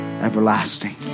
Everlasting